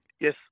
Yes